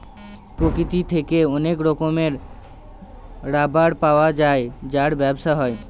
প্রকৃতি থেকে অনেক রকমের রাবার পাওয়া যায় যার ব্যবসা হয়